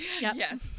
Yes